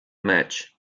match